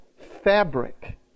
fabric